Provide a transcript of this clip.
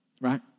right